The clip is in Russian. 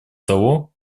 того